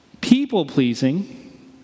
People-pleasing